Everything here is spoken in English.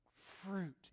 Fruit